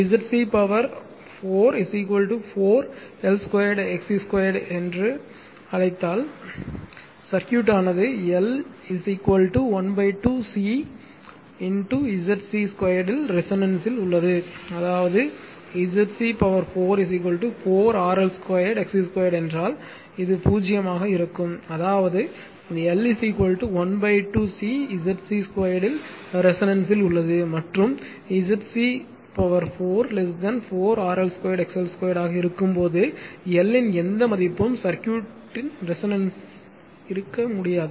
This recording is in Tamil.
ZC பவர் 4 4 RL 2 XC 2 என்று அழைத்தால் சர்க்யூட் ஆனது L 12 C ZC 2 இல் ரெசோனன்ஸ் இல் உள்ளது அதாவது ZC பவர் 4 4 RL 2 XC 2 என்றால் இது 0 ஆக இருக்கும் அதாவது L 12 C ZC 2 இல் ரெசோனன்ஸ் இல் உள்ளது மற்றும் ZC பவர் 4 4 RL 2 XL 2 ஆக இருக்கும் போது L ன் எந்த மதிப்பும் சர்க்யூட் ரெசோனன்ஸ் செய்யாது